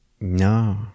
No